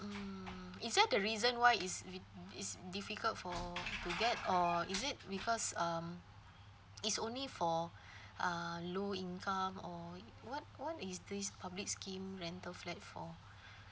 mm is that the reason why is re~ it's difficult for to get or is it because um it's only for uh low income or what what is this public scheme rental flat for